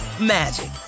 magic